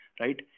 right